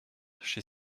chez